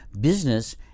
business